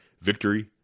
VICTORY